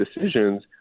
decisions